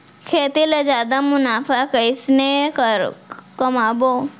खेती ले जादा मुनाफा कइसने कमाबो?